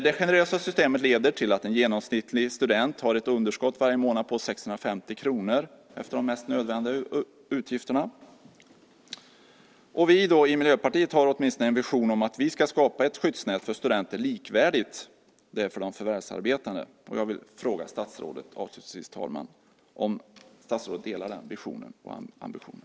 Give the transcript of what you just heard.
Det generösa systemet leder till att en genomsnittlig student varje månad har ett underskott på 650 kr efter de mest nödvändiga utgifterna. Vi i Miljöpartiet har åtminstone en vision om att vi ska skapa ett skyddsnät för studenter likvärdigt det för de förvärvsarbetande. Jag vill avslutningsvis fråga statsrådet, herr talman, om statsrådet delar den visionen och ambitionen.